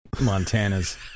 Montana's